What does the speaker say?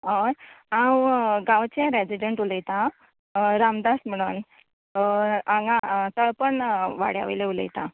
हय हांव गांवचें रॅजीडॅन्ट उलयतां रामदास म्हणोन हय हांगा तळपण वाड्या वयलें उलयतां